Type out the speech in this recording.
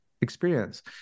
experience